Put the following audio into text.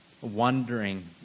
wondering